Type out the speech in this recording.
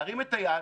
להרים את היד,